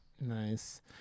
Nice